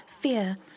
Fear